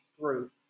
group